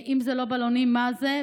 אם זה לא בלונים, מה זה?